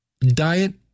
diet